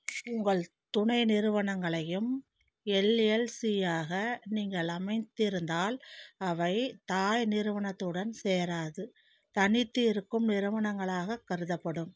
உங்கள் துணை நிறுவனங்களையும் எல்எல்சியாக நீங்கள் அமைத்திருந்தால் அவை தாய் நிறுவனத்துடன் சேராது தனித்து இருக்கும் நிறுவனங்களாகக் கருதப்படும்